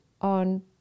on